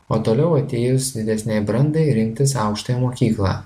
o toliau atėjus didesnei brandai rinktis aukštąją mokyklą